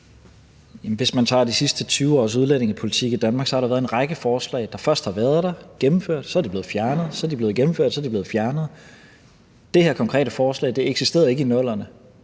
Hvis man tager de sidste 20 års udlændingepolitik i Danmark, har der været en række forslag, der først er blevet gennemført, så er blevet fjernet, så er blevet gennemført og så er blevet fjernet. Det her konkrete forslag eksisterede ikke i 00'erne.